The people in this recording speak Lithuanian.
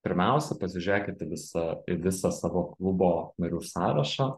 pirmiausia pasižėkit į visą į visą savo klubo narių sąrašą